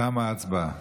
תמה ההצבעה.